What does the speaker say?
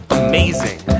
amazing